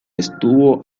estuvo